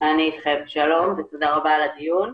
שלום ותודה רבה על הדיון.